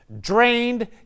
drained